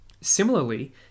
Similarly